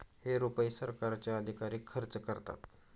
हे रुपये सरकारचे अधिकारी खर्च करतात